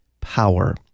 power